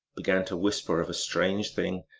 began to whisper of a strange thing,